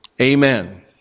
Amen